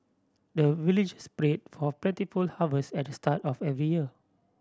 the villagers pray for plentiful harvest at the start of every year